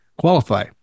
qualify